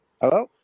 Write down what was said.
Hello